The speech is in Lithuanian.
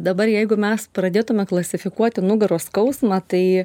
dabar jeigu mes pradėtume klasifikuoti nugaros skausmą tai